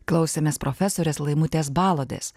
klausėmės profesorės laimutės balodės